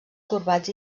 corbats